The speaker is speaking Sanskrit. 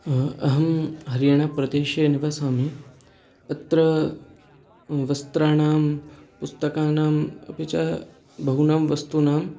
अहं हरियाणाप्रदेशे निवसामि अत्र वस्त्राणां पुस्तकानाम् अपि च बहुनां वस्तूनां